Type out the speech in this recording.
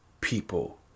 people